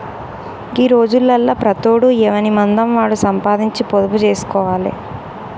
గీ రోజులల్ల ప్రతోడు ఎవనిమందం వాడు సంపాదించి పొదుపు జేస్కోవాలె